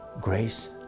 grace